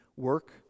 work